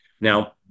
now